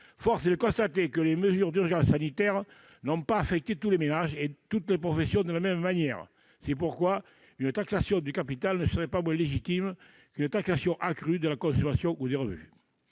Force est de constater que les mesures d'urgence sanitaire n'ont pas affecté tous les ménages et toutes les professions de la même manière. C'est pourquoi une taxation du capital ne serait pas moins légitime qu'une taxation accrue de la consommation ou des revenus.